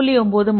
9 0